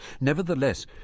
Nevertheless